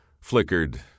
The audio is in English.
flickered